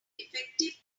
effective